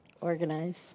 Organize